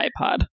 iPod